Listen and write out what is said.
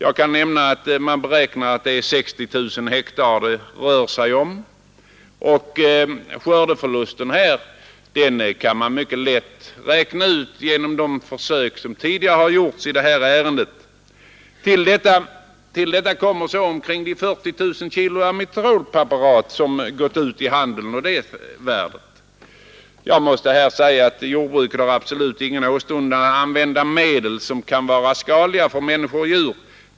Jag kan nämna att man beräknar att det är fråga om 60 000 hektar, och skördeförlusten kan man mycket lätt räkna ut genom de försök som tidigare gjorts. Till detta kommer så värdet av de 40 000 kg amitrolpreparat som gått ut i handeln. Jordbruket har absolut ingen åstundan att använda medel som kan vara skadliga för människor och djur.